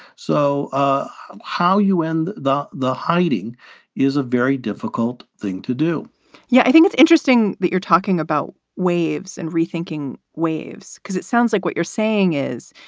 so ah how you end the the hiding is a very difficult difficult thing to do yeah, i think it's interesting that you're talking about waves and rethinking waves because it sounds like what you're saying is,